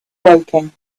woking